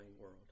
world